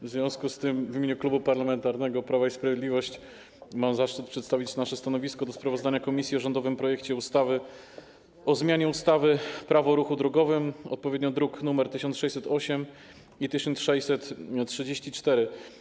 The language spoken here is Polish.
W związku z tym w imieniu Klubu Parlamentarnego Prawo i Sprawiedliwość mam zaszczyt przedstawić nasze stanowisko wobec sprawozdania komisji o rządowym projekcie ustawy o zmianie ustawy - Prawo o ruchu drogowym, druki nr 1608 i 1634.